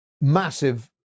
massive